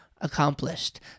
accomplished